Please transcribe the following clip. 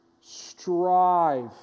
strive